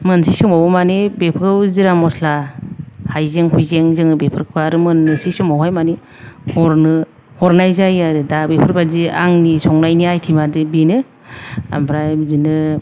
मोननोसै समाव मानि बेफोरखौ जिरा मस्ला हायजें हुइजें जोङो बेफोरखौ आरो मोननोसै समाव माने हरनो हरनाय जायो आरो दा बेफोरबादि आंनि संनानि आइतेमादि बेनो ओमफ्राय बिदिनो